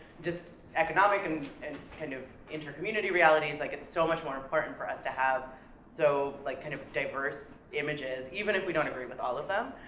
just economic, and and kind of inter-community realities, like it's so much more important for us to have so, like, kind of diverse images, even if we don't agree with all of them.